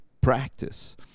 practice